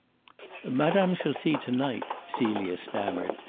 madame shall see to-night, celia stammered,